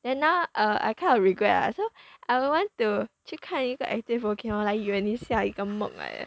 then now err I kind of regret lah so I would want to 去看一个 active volcano 来圆一下一个梦 like that